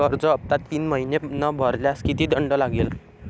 कर्ज हफ्ता तीन महिने न भरल्यास किती दंड लागेल?